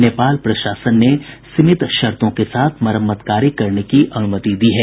नेपाल प्रशासन ने सीमित शर्तों के साथ मरम्मत कार्य करने की अनुमति दी है